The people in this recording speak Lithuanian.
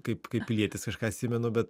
kaip kaip pilietis kažką atsimenu bet